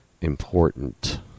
important